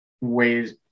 ways